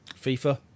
FIFA